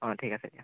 অঁ ঠিক আছে দিয়া